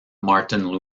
martin